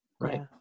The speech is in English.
right